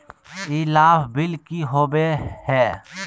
ई लाभ बिल की होबो हैं?